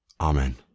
Amen